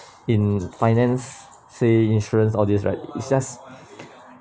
in finance say insurance all these right it's just